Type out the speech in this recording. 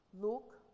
look